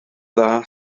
dda